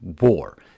War